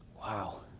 wow